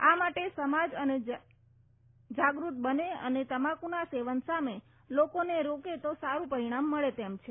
આ માટે સમાજ અને જાગૃત બને અને તમાકુના સેવન સામે લોકોને રોકે તો સારૃં પરિણામ મળે તેમ છે